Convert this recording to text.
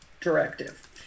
directive